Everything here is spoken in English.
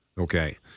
Okay